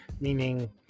meaning